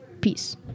Peace